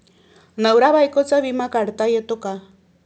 नवरा बायकोचा विमा काढता येतो का?